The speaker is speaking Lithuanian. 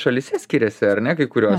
šalyse skiriasi ar ne kai kuriuos